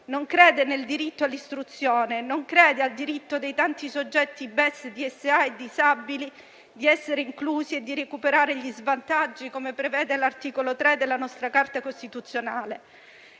non crede nel diritto all'istruzione, non crede al diritto dei tanti soggetti BES, DSA e disabili di essere inclusi e di recuperare gli svantaggi, come prevede l'articolo 3 della nostra Carta costituzionale.